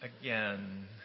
again